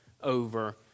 Over